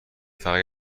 فقط